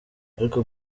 ariko